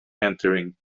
entering